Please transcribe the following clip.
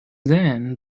then